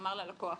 לומר ללקוח,